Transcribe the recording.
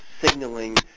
signaling